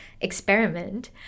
experiment